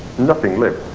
nothing lived.